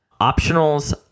Optionals